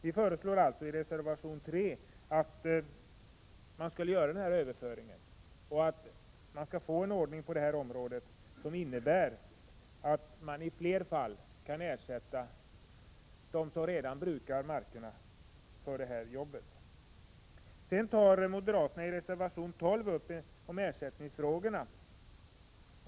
Vi föreslår i reservation 3 att man skall göra en sådan överföring och skapa en sådan ordning som innebär att man i fler fall kan ersätta dem som redan brukar markerna för sitt jobb. I reservation 12 tar moderaterna upp ersättningsfrågorna.